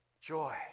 joy